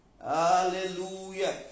Hallelujah